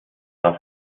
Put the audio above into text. darf